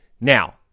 Now